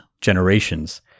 generations